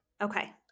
Okay